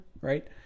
right